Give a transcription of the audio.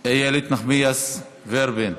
איילת נחמיאס ורבין,